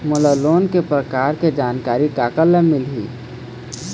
मोला लोन के प्रकार के जानकारी काकर ले मिल ही?